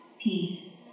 peace